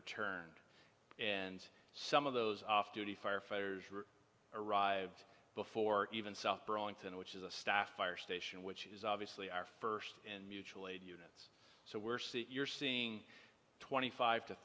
return and some of those off duty firefighters who arrived before even south burlington which is a staff fire station which is obviously our first and mutual aid units so we're see you're seeing twenty five to